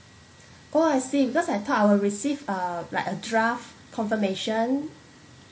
oh I see because I thought I will receive a like a draft confirmation